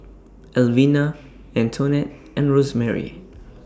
Elvina Antonette and Rosemarie